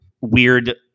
weird